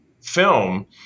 film